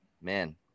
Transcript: man